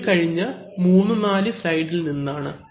ഇത് കഴിഞ്ഞ മൂന്നു നാല് സ്ലൈഡിൽ നിന്നാണ്